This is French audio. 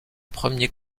premier